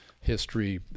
history